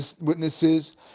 witnesses